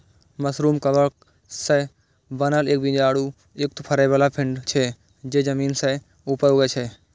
mushroom कवक सं बनल एक बीजाणु युक्त फरै बला पिंड छियै, जे जमीन सं ऊपर उगै छै